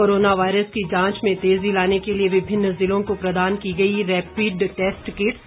corona virus की जांच में तेजी लाने के लिए विभिन्न जिलों को प्रदान की गई रैपिड टैस्ट किट्स